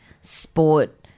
sport